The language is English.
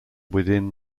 within